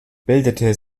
bildete